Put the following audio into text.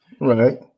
right